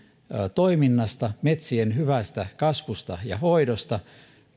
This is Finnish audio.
toiminnasta metsien hyvästä kasvusta ja hoidosta